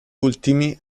ultimi